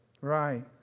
Right